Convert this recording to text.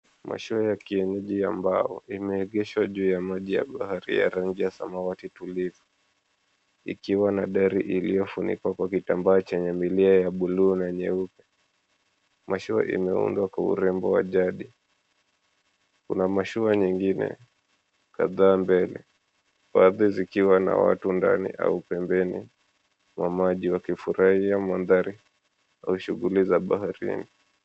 Mashua ya kienyeji ya mbao imeegeshwa juu ya maji ya bahari ya rangi ya samawati tulivu, ikiwa na dari iliyofunikwa kwa kitambaa chenye milia ya buluu na nyeupe. Mashua imeundwa kwa urembo wa jadi. Kuna mashua nyingine kadhaa mbele, baadhi zikiwa na watu ndani au pembeni mwa maji wakifurahia mandhari au shughuli za baharini.